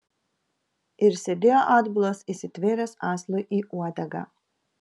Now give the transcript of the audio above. ir sėdėjo atbulas įsitvėręs asilui į uodegą